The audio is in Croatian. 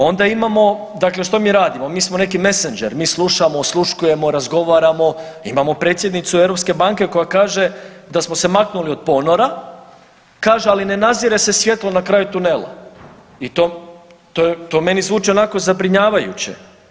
Onda imamo, dakle što mi radimo, mi smo neki messenger, mi slušamo, osluškujemo, razgovaramo, imamo predsjednicu Europske banke koja kaže da smo se maknuli od ponora, kaže: „Ali ne nadzire se svjetlo na kraju tunela.“ I to meni zvuči onako zabrinjavajuće.